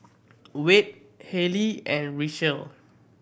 Wade Halley and Richelle